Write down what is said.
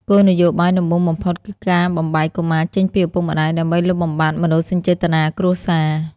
គោលនយោបាយដំបូងបំផុតគឺការបំបែកកុមារចេញពីឪពុកម្ដាយ ដើម្បីលុបបំបាត់មនោសញ្ចេតនាគ្រួសារ។